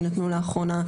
שניתנו לאחרונה.